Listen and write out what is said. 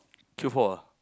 true fall ah